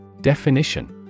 Definition